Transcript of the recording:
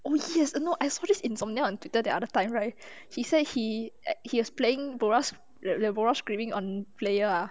oh yes err no I saw this insomnia on twitter the other time right he said he he was playing burrough that burrough screaming on player ah